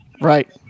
Right